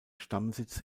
stammsitz